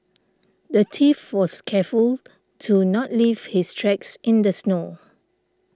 the thief was careful to not leave his tracks in the snow